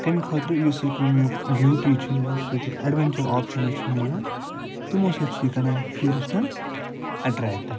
کَمہِ خٲطرٕ یُس یہِ بیٛوٗٹی چھِ یا یُس یٔتیٛک ایٚڈویٚنچَر آپشَنٕز چھِ میلان تِموٚو سۭتۍ چھِ یہِ کران ٹیٛوٗرِشٹَن اَٹریکٹہٕ